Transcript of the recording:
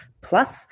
plus